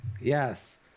Yes